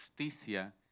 justicia